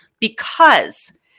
because-